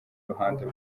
ruhando